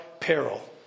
peril